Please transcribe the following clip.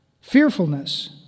fearfulness